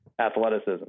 athleticism